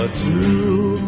true